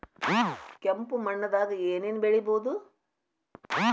ಕೆಂಪು ಮಣ್ಣದಾಗ ಏನ್ ಏನ್ ಬೆಳಿಬೊದು?